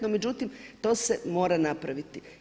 No, međutim, to se mora napraviti.